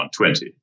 120